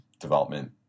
development